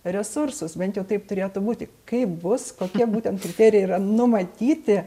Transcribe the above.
resursus bent jau taip turėtų būti kaip bus kokie būtent kriterijai yra numatyti